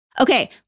Okay